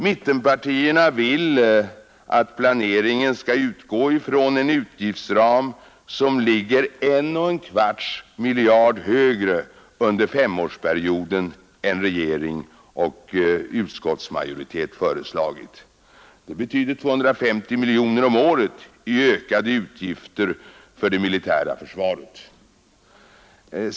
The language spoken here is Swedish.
Mittenpartierna vill att planeringen skall utgå från en utgiftsram, som ligger en och en kvarts miljard kronor högre under femårsperioden än regeringen och utskottsmajoriteten föreslagit. Det betyder 250 miljoner kronor om året i ökade utgifter för det militära försvaret.